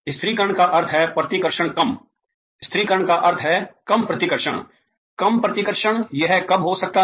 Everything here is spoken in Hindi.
स्थिरीकरण का अर्थ है प्रतिकर्षण कम स्थिरीकरण का अर्थ है कम प्रतिकर्षण l कम प्रतिकर्षण यह कब हो सकता है